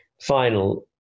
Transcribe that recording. final